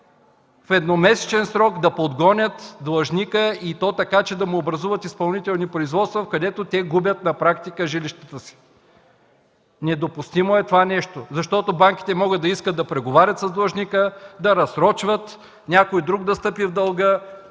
в едномесечен срок да подгонят длъжника и то така че да му образуват изпълнително производство, с което той губи на практика жилището си. Недопустимо е това нещо! Банките могат да искат да преговарят с длъжника, да разсрочват, някой друг да встъпи в дълга,